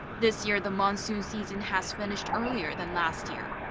this year the monsoon season has finished earlier than last year.